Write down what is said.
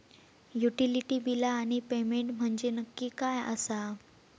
Utility बिला आणि payment म्हंजे नक्की काय आसा?